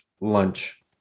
lunch